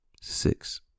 six